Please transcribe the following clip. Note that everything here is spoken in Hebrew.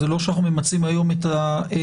זה לא שאנחנו ממצים היום את הדיון